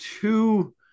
two